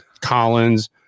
Collins